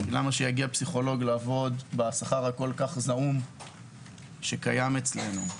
למה שפסיכולוג יגיע לעבוד בשכר כל כך זעום שקיים אצלנו?